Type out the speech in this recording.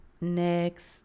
Next